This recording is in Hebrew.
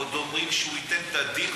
עוד אומרים שהוא ייתן את הדין,